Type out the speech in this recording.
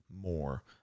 more